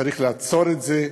צריך לעצור את זה,